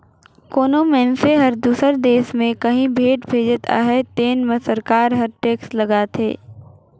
कोनो मइनसे हर दूसर देस में काहीं भेंट भेजत अहे तेन में सरकार हर टेक्स लगाथे